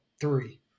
three